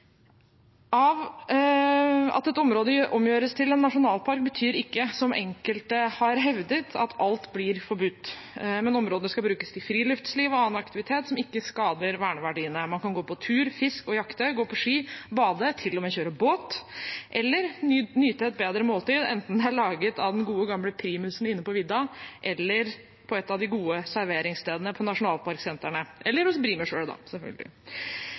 At et område omgjøres til en nasjonalpark, betyr ikke, som enkelte har hevdet, at alt blir forbudt, men området skal brukes til friluftsliv og annen aktivitet som ikke skader verneverdiene. Man kan gå på tur, fiske, jakte, gå på ski, bade, til og med kjøre båt, eller nyte et bedre måltid, enten det er laget på den gode gamle primusen inne på vidda eller på et av de gode serveringsstedene på nasjonalparksentrene – eller hos